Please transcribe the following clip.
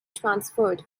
transferred